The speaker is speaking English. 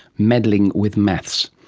meddling with maths.